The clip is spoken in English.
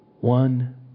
one